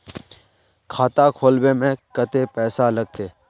खाता खोलबे में कते पैसा लगते?